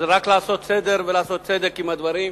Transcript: אז רק לעשות צדק ולעשות סדר בדברים.